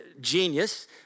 genius